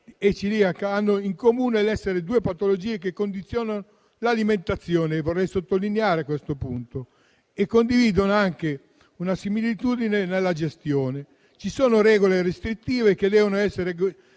e celiachia hanno in comune il fatto di essere due patologie che condizionano l'alimentazione - vorrei sottolineare questo punto - e condividono una similitudine anche nella gestione. Ci sono regole restrittive che devono essere